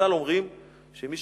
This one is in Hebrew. חז"ל אומרים שמי